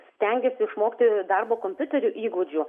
stengiasi išmokti darbo kompiuteriu įgūdžių